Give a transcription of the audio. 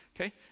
okay